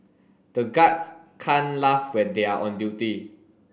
the guards can't laugh when they are on duty